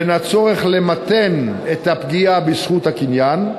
בין הצורך למתן את הפגיעה בזכות הקניין,